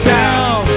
down